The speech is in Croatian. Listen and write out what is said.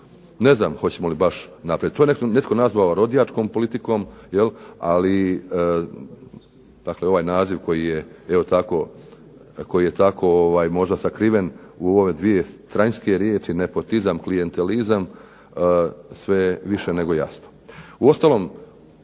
ne znam hoćemo li baš naprijed. To je netko nazvao rodjačkom politikom, ali ovaj naziv koji je tako možda sakriven u ove dvije strane riječi nepotizam, klijentelizam sve je više nego jasno. Uostalom